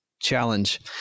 challenge